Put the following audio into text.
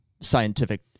scientific